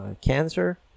Cancer